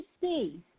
see